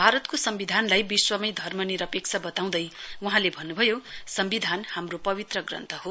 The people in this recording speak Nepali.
भारतको सम्विधानलाई विश्वकै धर्मनिरपेक्ष वताउँदै वहाँले भऩ्नुभयो सम्विधान हाम्रो पवित्र ग्रन्थ हो